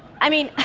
i mean